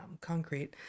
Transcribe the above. concrete